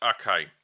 Okay